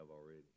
already